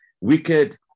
wicked